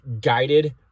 guided